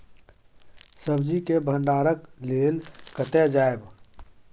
सब्जी के भंडारणक लेल कतय जायब?